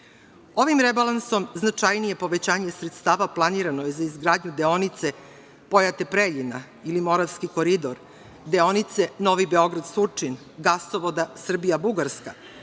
rebalansom značajnije povećanje sredstava planirano je za izgradnju deonice Pojate – Preljina ili Moravski koridor, deonice Novi Beograd – Surčin, „Gasovoda“ Srbija – Bugarska,